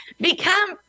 become